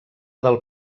del